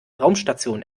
raumstation